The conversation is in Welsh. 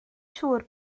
siŵr